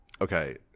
okay